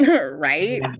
right